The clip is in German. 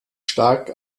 stark